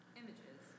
images